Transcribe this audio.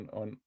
on